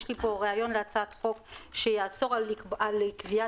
יש לי רעיון להצעת חוק שתאסור על קביעת